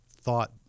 thought